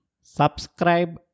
Subscribe